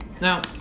Now